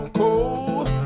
cold